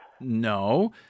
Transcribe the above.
No